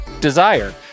Desire